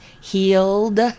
healed